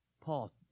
Paul